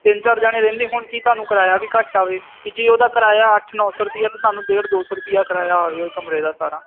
ਤਿੰਨ ਚਾਰ ਜਣੇ ਰਹਿੰਦੇ ਹੋਣ ਕਿ ਤੁਹਾਨੂੰ ਕਿਰਾਇਆ ਵੀ ਘੱਟ ਆਵੇ ਵੀ ਜੇ ਉਹਦਾ ਕਿਰਾਇਆ ਅੱਠ ਨੌਂ ਸੌ ਰੁਪਏ ਤਾਂ ਤੁਹਾਨੂੰ ਡੇਢ ਦੋ ਸੌ ਰੁਪਿਆ ਕਿਰਾਇਆ ਆਵੇ ਉਹ ਕਮਰੇ ਦਾ ਸਾਰਾ